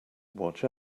watch